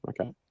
Okay